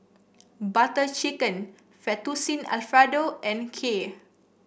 Butter Chicken Fettuccine Alfredo and Kheer